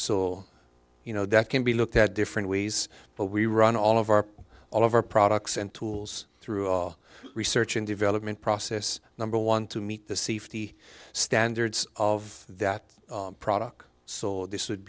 so you know that can be looked at different ways but we run all of our all of our products and tools through all research and development process number one to meet the safety standards of that product so this would